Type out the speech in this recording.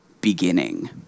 beginning